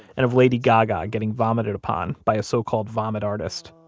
and of lady gaga getting vomited upon by a so-called vomit artist,